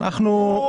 אתה